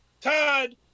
Todd